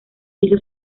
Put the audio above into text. hizo